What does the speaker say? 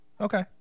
Okay